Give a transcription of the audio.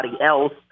else